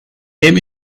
dem